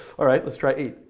alright, let's try eight.